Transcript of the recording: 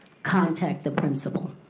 contact the principal.